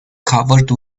covered